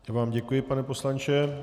Já vám děkuji, pane poslanče.